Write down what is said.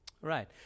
Right